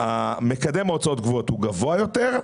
מקדם ההוצאות הקבועות הוא גבוה יותר,